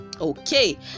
okay